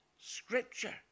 scripture